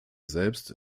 selbst